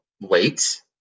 wait